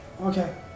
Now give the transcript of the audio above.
Okay